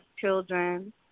children